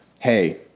Hey